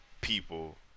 people